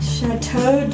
Chateau